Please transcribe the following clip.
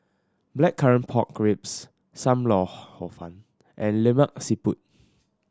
Blackcurrant Pork Ribs Sam Lau Hor Fun and Lemak Siput